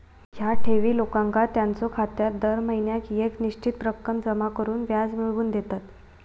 ह्या ठेवी लोकांका त्यांच्यो खात्यात दर महिन्याक येक निश्चित रक्कम जमा करून व्याज मिळवून देतत